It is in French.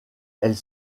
elles